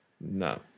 no